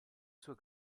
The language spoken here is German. zur